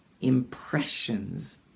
Impressions